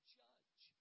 judge